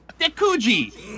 Dekuji